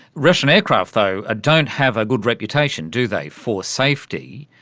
russian aircraft though don't have a good reputation, do they, for safety,